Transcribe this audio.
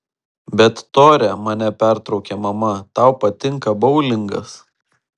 bet tore mane pertraukė mama tau patinka boulingas